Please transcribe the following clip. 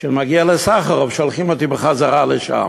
כשאני מגיע לסחרוב, שולחים אותי בחזרה לשם.